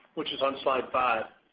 which is on slide five.